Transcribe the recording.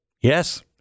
Yes